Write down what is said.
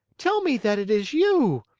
tell me that it is you!